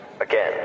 Again